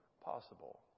possible